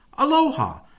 Aloha